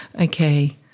Okay